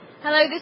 Hello